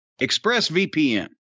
ExpressVPN